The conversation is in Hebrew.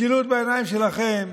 משילות בעיניים שלכם